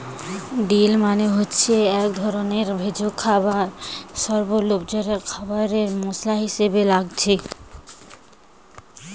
deal মানে হচ্ছে একটা ধরণের ভেষজ বা স্বল্প যেটা খাবারে মসলা হিসাবে লাগছে